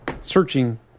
searching